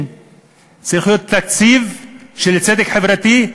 צריך להיות תקציב של צדק חברתי,